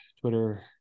Twitter